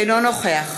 אינו נוכח